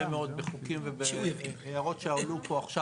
מאוד בחוקים ובהערות שעלו פה עכשיו.